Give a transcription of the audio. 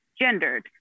gendered